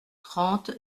trente